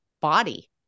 body